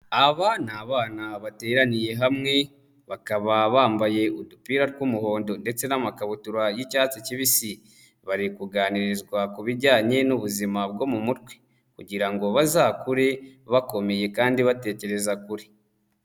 Aba ni abana bateraniye hamwe, bakaba bambaye udupira tw'umuhondo ndetse n'amakabutura y'icyatsi kibisi. Bari kuganirizwa ku bijyanye n'ubuzima bwo mu mutwe, kugira ngo bazakure bakomeye kandi batekereza kure.